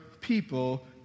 people